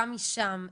גם שם.